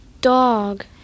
dog